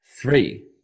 Three